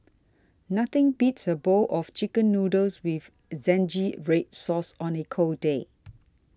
nothing beats a bowl of Chicken Noodles with Zingy Red Sauce on a cold day